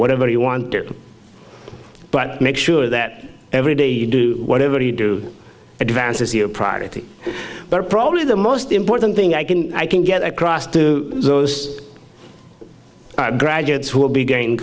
whatever you want but make sure that every day you do whatever you do advance is your priority but probably the most important thing i can i can get across to those graduates who will be gain